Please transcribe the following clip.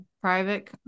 private